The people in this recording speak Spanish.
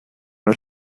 los